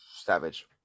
Savage